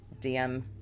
DM